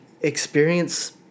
experience